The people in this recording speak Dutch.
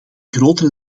grote